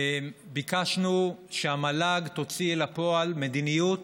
ביקשנו שהמל"ג תוציא לפועל מדיניות,